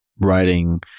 writing